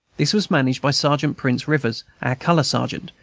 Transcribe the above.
this was managed by sergeant prince rivers, our color-sergeant,